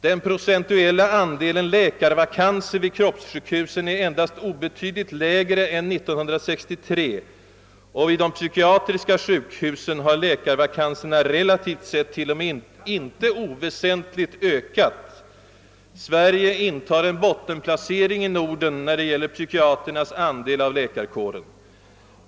Den procentuella andelen läkarvakanser vid kroppssjukhusen är endast obetydligt lägre än 1963, och vid de psykiatriska sjukhusen har läkarvakanserna rela tivt sett t.o.m. inte oväsentligt ökat. Sverige intar en bottenplacering i Norden när det gäller psykiatrernas andel av läkarkåren.